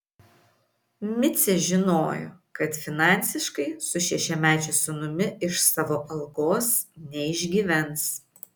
micė žinojo kad finansiškai su šešiamečiu sūnumi iš savo algos neišgyvens